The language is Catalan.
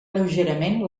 lleugerament